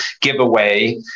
giveaway